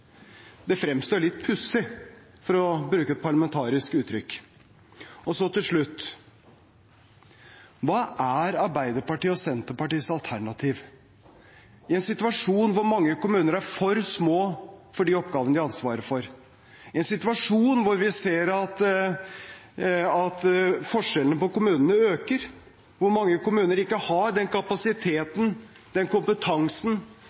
Det fremstår litt pussig, for å bruke et parlamentarisk uttrykk. Så til slutt: Hva er Arbeiderpartiets og Senterpartiets alternativ, i en situasjon hvor mange kommuner er for små for de oppgavene de har ansvaret for, i en situasjon hvor vi ser at forskjellene mellom kommunene øker, hvor mange kommuner ikke har den kapasiteten, den kompetansen